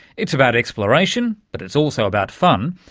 it's about exploration, but it's also about fun,